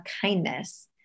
kindness